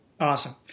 Awesome